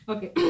Okay